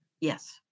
Yes